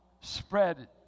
spread